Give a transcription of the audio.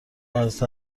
حضرت